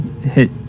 hit